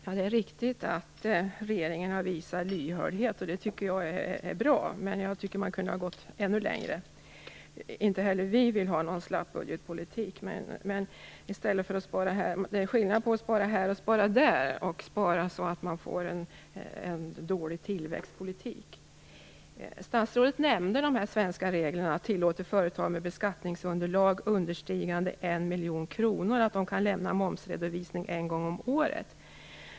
Herr talman! Det är riktigt att regeringen har visat lyhördhet. Det tycker jag är bra, men jag tycker att man hade kunnat gå ännu längre. Inte heller vi vill ha någon slapp budgetpolitik. Men det är skillnad mellan att spara här och där och att spara så att man får en dålig tillväxtpolitik. Statsrådet nämnde att de svenska reglerna tillåter att företag med beskattningsunderlag understigande 1 miljon kronor kan lämna momsredovisning en gång om året.